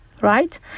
Right